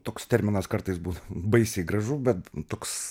toks terminas kartais bus baisiai gražu bet toks